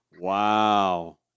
Wow